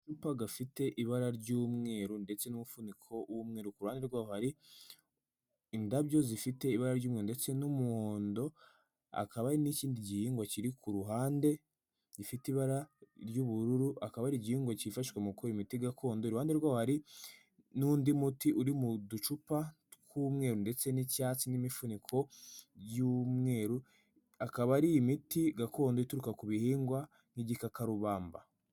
Agacupa gafite ibara ry'umweru ndetse n'umufuniko w’umweru, ku ruhande rwaho hari indabyo zifite ibara ry'umweru ndetse n'umuhondo, hakaba n'ikindi gihingwa kiri ku ruhande gifite ibara ry'ubururu, akaba ari igihingwa cyifashishwa mu gukora imiti gakondo, iruhande rwawo hari n'undi muti uri mu ducupa tw'umweru ndetse n'icyatsi n'imifuniko y'umweru akaba ari imiti gakondo ituruka ku bihingwa n'igikakarubamba.